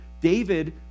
David